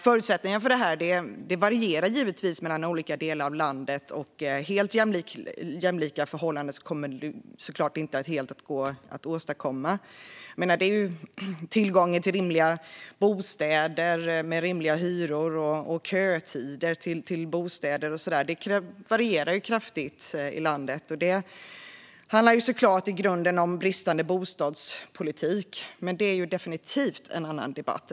Förutsättningarna för detta varierar givetvis mellan olika delar av landet, och helt jämlika förhållanden kommer såklart inte att gå att åstadkomma. Tillgången till rimliga bostäder med rimliga hyror och kötider till bostäder varierar kraftigt i landet, och detta handlar såklart i grunden om bristande bostadspolitik. Det är dock definitivt en annan debatt.